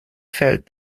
felt